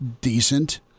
decent